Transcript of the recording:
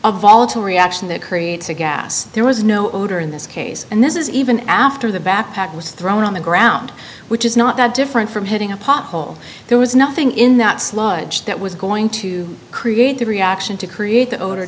a volatile reaction that creates a gas there was no odor in this case and this is even after the backpack was thrown on the ground which is not that different from hitting a pothole there was nothing in that sludge that was going to create a reaction to create the odor